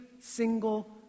single